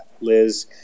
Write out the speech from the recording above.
liz